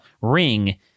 ring